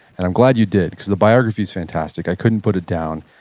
and i'm glad you did cause the biography's fantastic. i couldn't put it down.